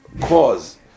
cause